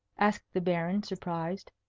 asked the baron, surprised.